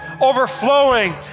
overflowing